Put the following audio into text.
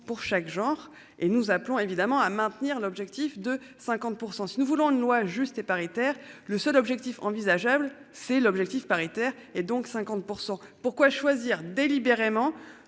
pour chaque genre et nous appelons évidemment à maintenir l'objectif de 50% si nous voulons une loi juste et paritaire. Le seul objectif envisageable. C'est l'objectif paritaire et donc 50% pourquoi choisir délibérément